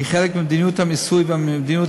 והיא חלק ממדיניות המיסוי והמדיניות